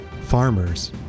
farmers